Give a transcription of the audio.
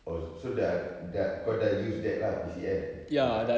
oh so sudah sudah kau sudah use that lah P_C_N dekat